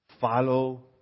Follow